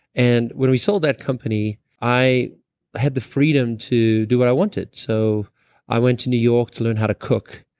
and when we sold that company, i had the freedom to do what i wanted. so i went to new york to learn how to cook,